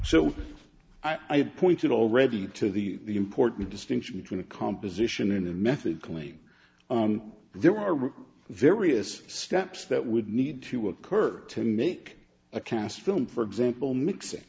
so i pointed already to the important distinction between a composition and method claim there are various steps that would need to occur to make a cast film for example mixing